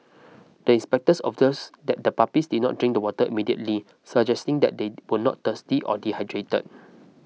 the inspectors observed that the puppies did not drink the water immediately suggesting that they were not thirsty or dehydrated